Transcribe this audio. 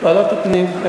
ועדת הפנים, ועדת הפנים.